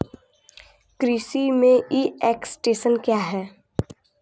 कृषि में e extension क्या है?